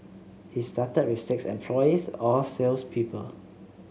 he started with six employees all sales people